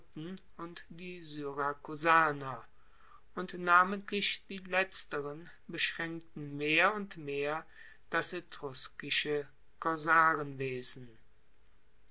und die syrakusaner und namentlich die letzteren beschraenkten mehr und mehr das